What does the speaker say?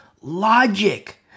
logic